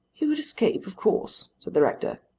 he would escape of course, said the rector.